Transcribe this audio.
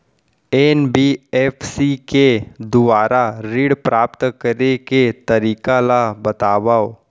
NBFC के दुवारा ऋण प्राप्त करे के तरीका ल बतावव?